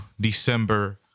December